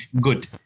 good